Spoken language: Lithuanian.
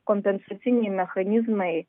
kompensaciniai mechanizmai